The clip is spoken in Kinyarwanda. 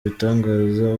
ibitangaza